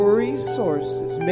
resources